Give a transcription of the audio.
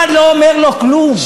אף אחד לא אומר לו כלום.